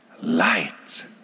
light